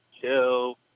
chill